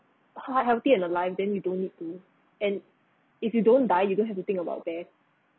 ha~ healthy and alive then you don't need to and if you don't die you don't have to think about that